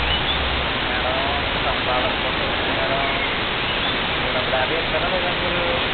అదేంటి మేడం ఇప్పుడు సంపాదన కోసం ఎందుకు మేడం మూడు వందల యాభై ఇస్తారా లేదా మీరు